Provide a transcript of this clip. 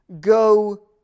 go